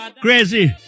Crazy